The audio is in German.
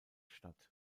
statt